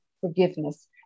forgiveness